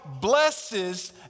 blesses